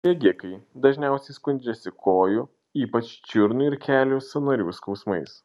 bėgikai dažniausiai skundžiasi kojų ypač čiurnų ir kelių sąnarių skausmais